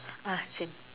ah same